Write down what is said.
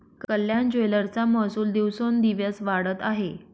कल्याण ज्वेलर्सचा महसूल दिवसोंदिवस वाढत आहे